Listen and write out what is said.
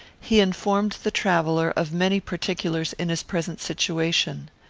he informed the traveller of many particulars in his present situation.